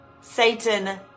Satan